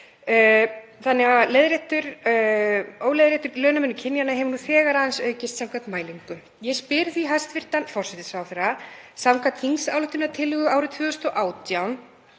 Þannig að óleiðréttur launamunur kynjanna hefur nú þegar aðeins aukist samkvæmt mælingum. Ég spyr því hæstv. forsætisráðherra: Samkvæmt þingsályktunartillögu árið 2018